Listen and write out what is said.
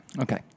Okay